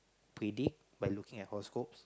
predict by looking at horoscopes